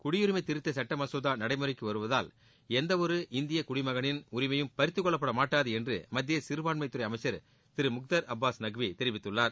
குடியுரிமை திருத்த சுட்ட மசோதா நடைமுறைக்கு வருவதால் எந்த ஒரு இந்திய குடிமகனின் உரிமையும் பறித்துக்கொள்ளப்படமாட்டாது என்று மத்திய சிறுபான்மைத்துறை அமைச்சர் திரு முக்தர் அப்பாஸ் நக்வி தெரிவித்துள்ளார்